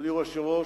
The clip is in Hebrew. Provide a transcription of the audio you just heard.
אדוני היושב-ראש.